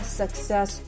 success